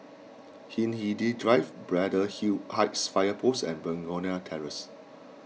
Hindhede Drive Braddell hew Heights Fire Post and Begonia Terrace